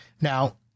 Now